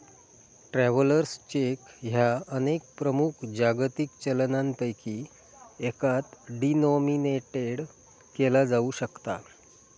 travellers cheque ह्या अनेक प्रमुख जागतिक चलनांपैकी एकात डिनोमिनेटेड केला जाऊ शकता